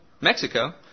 Mexico